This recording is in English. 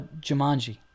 Jumanji